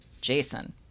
Jason